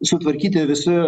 sutvarkyti visi